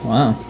Wow